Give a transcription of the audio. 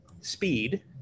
speed